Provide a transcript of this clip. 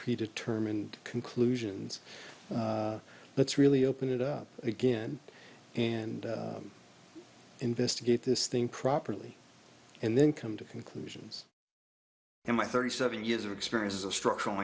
pre determined conclusions let's really open it up again and investigate this thing properly and then come to conclusions in my thirty seven years of experience as a structural